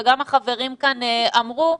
וגם החברים כאן אמרו,